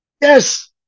yes